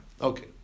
Okay